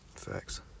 Facts